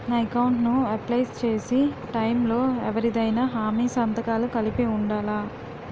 నా అకౌంట్ ను అప్లై చేసి టైం లో ఎవరిదైనా హామీ సంతకాలు కలిపి ఉండలా?